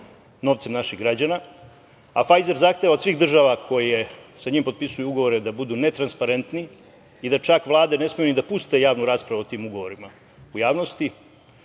novcem naših građana, a „Fajzer“ zahteva od svih država koje sa njima potpisuju ugovore da budu netransparentni i da čak vlade ne smeju ni da puste javnu raspravu o tim ugovorima u javnosti,